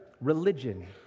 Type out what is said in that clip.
religion